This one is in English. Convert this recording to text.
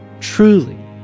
Truly